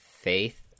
faith